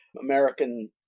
American